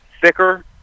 thicker